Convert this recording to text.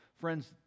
Friends